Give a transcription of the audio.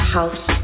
House